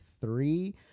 three